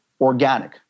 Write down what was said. organic